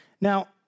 Now